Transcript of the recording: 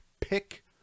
pick